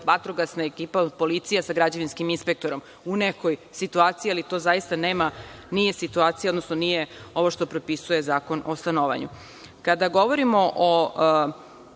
vatrogasna ekipa ili policija sa građevinskim inspektorom u nekoj situaciji, ali to zaista nema, nije situacija, odnosno nije ovo što propisuje Zakon o stanovanju. Kada govorimo o